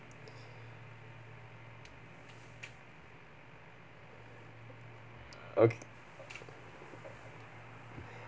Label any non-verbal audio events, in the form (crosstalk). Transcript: (noise) okay